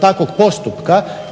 takvog postupka